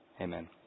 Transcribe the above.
amen